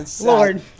Lord